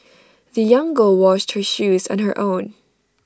the young girl washed her shoes on her own